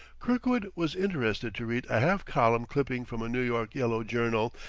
kirkwood was interested to read a half-column clipping from a new york yellow journal,